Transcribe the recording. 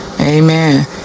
Amen